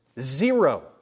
Zero